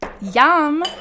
yum